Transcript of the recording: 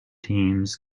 teams